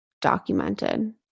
documented